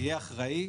תהיה אחראי,